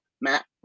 Matt